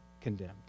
condemned